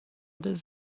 does